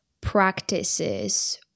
practices